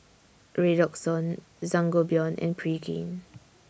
Redoxon Sangobion and Pregain